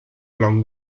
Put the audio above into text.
along